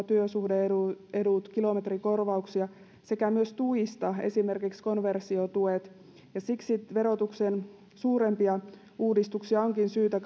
työsuhde edut edut kilometrikorvauksia sekä myös tuista esimerkiksi konversiotuet siksi verotuksen suurempia uudistuksia onkin syytä